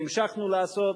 והמשכנו לעשות,